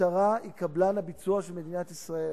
המשטרה היא קבלן הביצוע של מדינת ישראל,